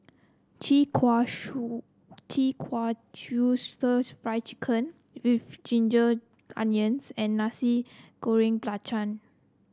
chi kak Chi Kak Kuih stir Fry Chicken with Ginger Onions and Nasi Goreng Belacan